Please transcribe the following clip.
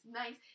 nice